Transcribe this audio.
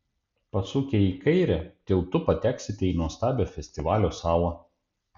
pasukę į kairę tiltu pateksite į nuostabią festivalio salą